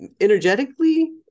energetically